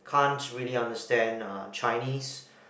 can't really understand uh Chinese